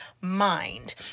Mind